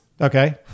Okay